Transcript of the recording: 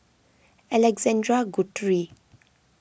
Alexander Guthrie